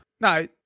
No